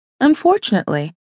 Unfortunately